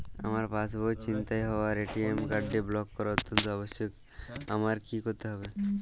আমার পার্স ছিনতাই হওয়ায় এ.টি.এম কার্ডটি ব্লক করা অত্যন্ত আবশ্যিক আমায় কী কী করতে হবে?